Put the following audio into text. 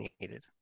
needed